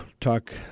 talk